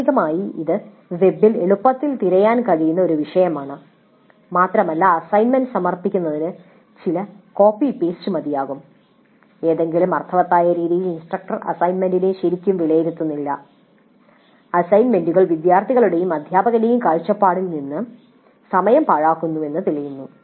പ്രാഥമികമായി ഇത് വെബിൽ എളുപ്പത്തിൽ തിരയാൻ കഴിയുന്ന ഒരു വിഷയമാണ് മാത്രമല്ല അസൈൻമെന്റ് സമർപ്പിക്കുന്നതിന് ചില കോപ്പി പേസ്റ്റ് മതിയാകും ഏതെങ്കിലും അർത്ഥവത്തായ രീതിയിൽ ഇൻസ്ട്രക്ടർ അസൈൻമെന്റിനെ ശരിക്കും വിലയിരുത്തുന്നില്ല അസൈൻമെന്റുകൾ വിദ്യാർത്ഥികളുടെയും അധ്യാപകന്റെയും കാഴ്ചപ്പാടിൽ നിന്നും സമയം പാഴാക്കുന്നുവെന്ന് തെളിയിക്കുന്നു